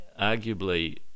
arguably